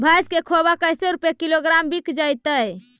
भैस के खोबा कैसे रूपये किलोग्राम बिक जइतै?